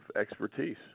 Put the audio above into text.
expertise